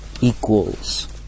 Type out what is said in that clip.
equals